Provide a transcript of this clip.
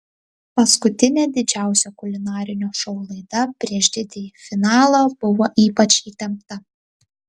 paskutinė didžiausio kulinarinio šou laida prieš didįjį finalą buvo ypač įtempta